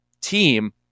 team